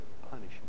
punishment